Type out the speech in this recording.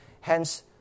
Hence